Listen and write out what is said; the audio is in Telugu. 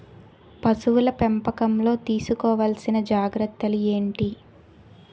పశువుల పెంపకంలో తీసుకోవల్సిన జాగ్రత్తలు ఏంటి?